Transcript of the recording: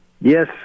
yes